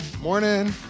morning